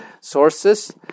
sources